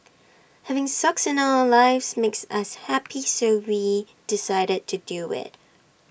having socks in our lives makes us happy so we decided to do IT